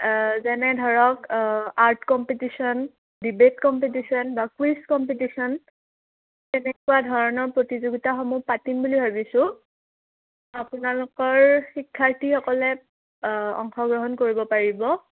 যেনে ধৰক art competition debate competition বা কুইজ কম্পিটিশ্যন তেনেকুৱা ধৰণৰ প্ৰতিযোগিতাসমূহ পাতিম বুলি ভাবিছোঁ আপোনালোকৰ শিক্ষাৰ্থীসকলে অংশগ্ৰহণ কৰিব পাৰিব